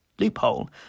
loophole